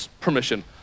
permission